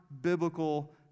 biblical